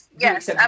yes